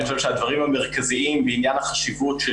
אני חושב שהדברים המרכזיים בעניין החשיבות של